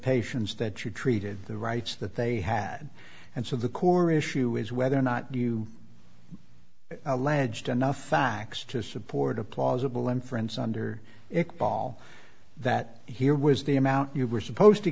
patients that you treated the rights that they had and so the core issue is whether or not you alleged enough facts to support a plausible inference under it ball that here was the amount you were supposed to